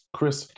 Chris